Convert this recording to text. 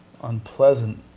unpleasant